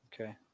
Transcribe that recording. Okay